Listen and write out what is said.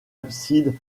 abside